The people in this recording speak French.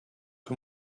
que